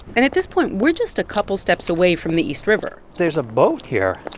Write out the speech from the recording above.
and at this point, we're just a couple steps away from the east river there's a boat here,